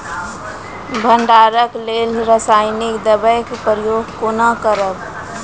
भंडारणक लेल रासायनिक दवेक प्रयोग कुना करव?